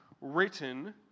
written